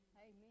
Amen